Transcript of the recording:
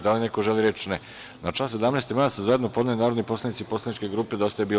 Da li neko želi reč? (Ne) Na član 17. amandman su zajedno podneli narodni poslanici poslaničke grupe Dosta je bilo.